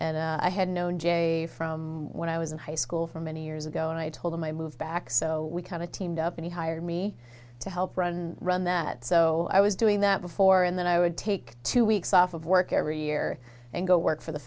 and i had known jay from when i was in high school for many years ago and i told him i moved back so we kind of teamed up and he hired me to help run run that so i was doing that before and then i would take two weeks off of work every year and go work for the